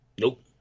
nope